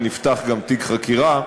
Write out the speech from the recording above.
ונפתח גם תיק חקירה,